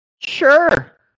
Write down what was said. Sure